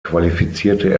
qualifizierte